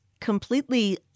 completely